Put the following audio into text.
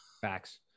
facts